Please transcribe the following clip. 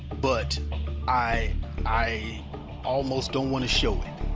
but i i almost don't wanna show it.